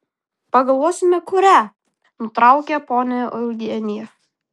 pagalvosime kurią nutraukė ponia eugenija